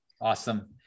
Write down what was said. Awesome